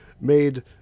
made